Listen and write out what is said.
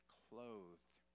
clothed